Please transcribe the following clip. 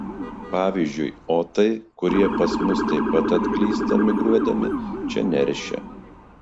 pavyzdžiui otai kurie pas mus taip pat atklysta migruodami čia neršia